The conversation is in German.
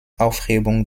aufhebung